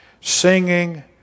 singing